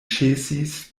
ĉesis